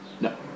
No